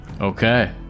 Okay